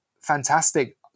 fantastic